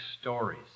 stories